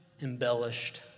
embellished